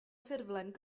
ffurflen